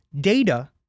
Data